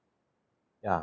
ya